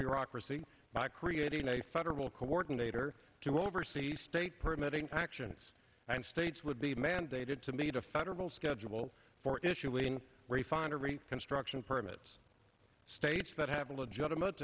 bureaucracy by creating a federal coordinator to oversee state permitting actions and states would be mandated to meet a federal schedule for issuing refinery construction permits states that have a legitimate